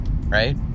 right